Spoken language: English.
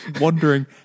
wondering